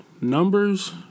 numbers